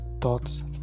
thoughts